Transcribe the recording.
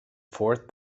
fourth